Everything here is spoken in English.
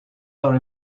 are